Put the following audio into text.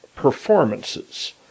performances